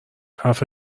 حرف